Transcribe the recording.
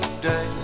day